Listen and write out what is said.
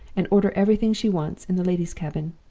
and order everything she wants in the lady's cabin.